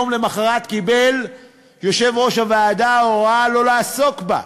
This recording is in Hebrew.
יום למחרת קיבל יושב-ראש הוועדה הוראה לא לעסוק בה,